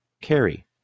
carry